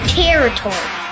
territory